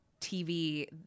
TV